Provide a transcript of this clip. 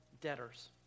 debtors